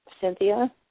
Cynthia